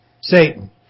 Satan